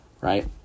right